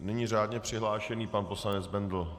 Nyní řádně přihlášený pan poslanec Bendl.